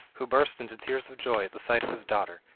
who burst into tears of joy at the sight of his daughter,